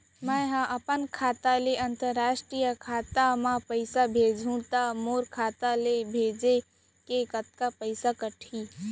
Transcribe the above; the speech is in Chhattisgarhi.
मै ह अपन खाता ले, अंतरराष्ट्रीय खाता मा पइसा भेजहु त मोर खाता ले, भेजे के कतका पइसा कटही?